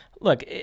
look